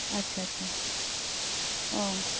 ᱟᱪᱪᱷᱟ ᱟᱪᱪᱷᱟ ᱚ